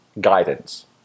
guidance